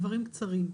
דברים קצרים.